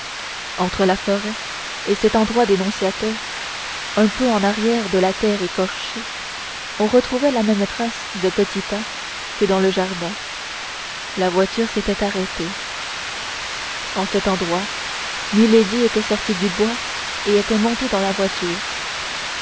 entre la forêt et cet endroit dénonciateur un peu en arrière de la terre écorchée on retrouvait la même trace de petits pas que dans le jardin la voiture s'était arrêtée en cet endroit milady était sortie du bois et était montée dans la voiture